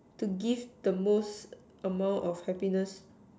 to give the most amount of happiness